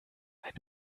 einem